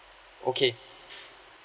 okay